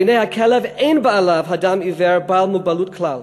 בעיני הכלב, אין בעליו אדם עיוור בעל מוגבלות כלל.